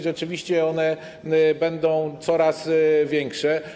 Rzeczywiście one będą coraz większe.